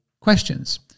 questions